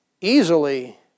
easily